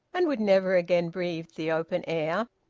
and would never again breathe the open air,